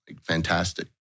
fantastic